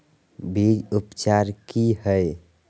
बीज उपचार कि हैय?